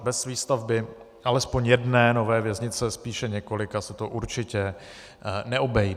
Bez výstavby alespoň jedné nové věznice, spíše několika, se to určitě neobejde.